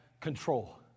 control